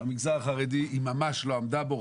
במגזר החרדי היא ממש לא עמדה בו,